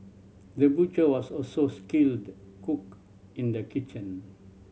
the butcher was also skilled cook in the kitchen